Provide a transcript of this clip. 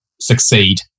succeed